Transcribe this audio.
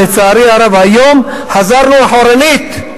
ולצערי הרב היום חזרנו אחורנית.